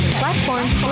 platforms